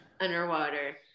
underwater